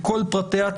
בכל פרטיה,